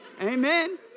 Amen